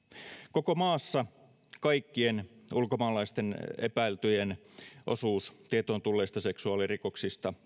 koko maassa kaikkien ulkomaalaisten epäiltyjen osuus tietoon tulleista seksuaalirikoksista